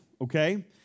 okay